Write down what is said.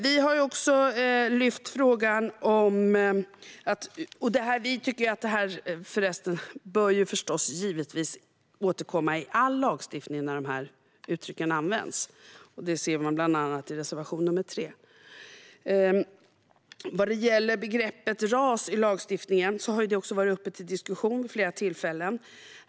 Vi tycker givetvis också att det här bör återkomma i all lagstiftning där dessa uttryck används, vilket man bland annat ser i reservation 3. Vad gäller begreppet "ras" i lagstiftningen har det också varit uppe till diskussion vid flera tillfällen.